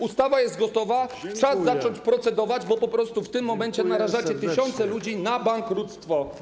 Ustawa jest gotowa, czas zacząć procedować, bo po prostu w tym momencie narażacie tysiące ludzi na bankructwo.